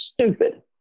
stupid